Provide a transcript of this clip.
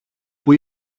που